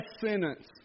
sentence